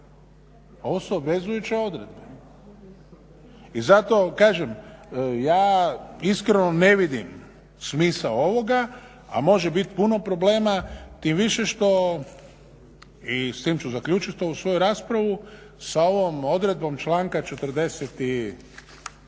Ovo su obvezujuće odredbe. I zato kažem ja iskreno ne vidim smisao ovoga, a može biti puno problema tim više što i s tim ću zaključit ovu svoju raspravu, sa ovom odredbom članka 46a.